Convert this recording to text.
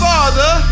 Father